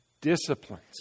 disciplines